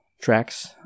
tracks